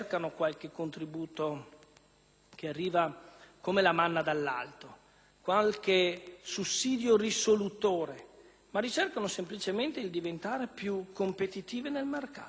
che arrivi come la manna dall'alto, qualche sussidio risolutore, ma si sforzano semplicemente di diventare più competitive sul mercato.